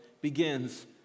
begins